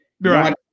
Right